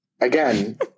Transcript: again